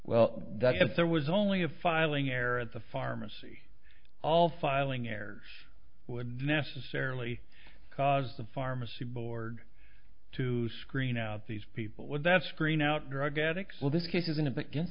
well that if there was only a filing error at the pharmacy all filing errors would necessarily cause the pharmacy board to screen out these people would that screen out drug addicts well this case isn't it